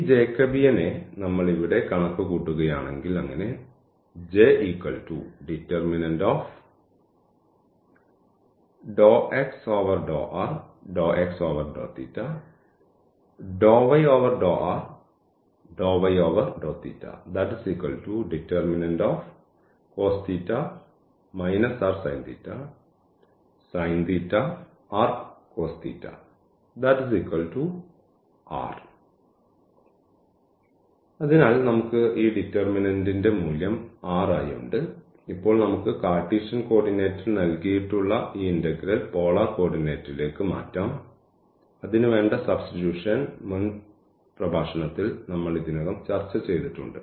ഈ ജേക്കബിയനെ നമ്മൾ ഇവിടെ കണക്കുകൂട്ടുകയാണെങ്കിൽ അങ്ങനെ അതിനാൽ നമുക്ക് ഈ ഡീറ്റെർമിനന്റ്ന്റെ മൂല്യം r ആയി ഉണ്ട് ഇപ്പോൾ നമുക്ക് കാർട്ടീഷ്യൻ കോർഡിനേറ്റിൽ നൽകിയിട്ടുള്ള ഈ ഇന്റഗ്രൽ പോളാർ കോർഡിനേറ്റിലേക്ക് മാറ്റാം അതിനുവേണ്ട Substitution മുൻ പ്രഭാഷണത്തിൽ ഞങ്ങൾ ഇതിനകം ചർച്ചചെയ്തിട്ടുണ്ട്